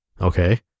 Okay